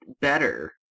better